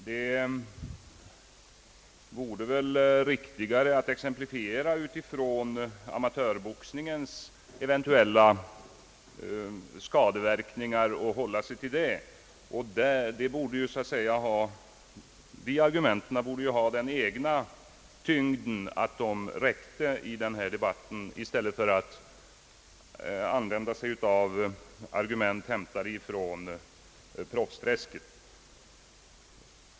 Det vore väl riktigare att exemplifiera utifrån amatörboxningens eventuella skadeverkningar. De argumenten borde ha den egna tyngden, så att de räckte i denna debatt och att man inte behövde argument från proffsträsket.